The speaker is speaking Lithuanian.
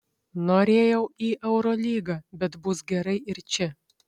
norėjau į eurolygą bet bus gerai ir čia